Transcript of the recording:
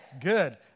Good